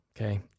okay